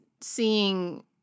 seeing